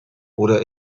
oder